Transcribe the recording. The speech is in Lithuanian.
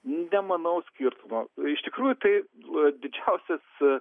nemanau skirtumo iš tikrųjų tai didžiausias